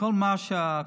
כל מה שהקואליציה,